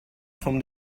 from